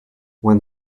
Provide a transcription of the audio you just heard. when